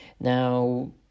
Now